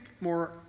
more